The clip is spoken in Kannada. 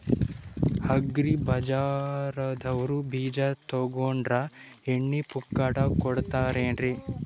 ಅಗ್ರಿ ಬಜಾರದವ್ರು ಬೀಜ ತೊಗೊಂಡ್ರ ಎಣ್ಣಿ ಪುಕ್ಕಟ ಕೋಡತಾರೆನ್ರಿ?